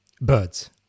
Birds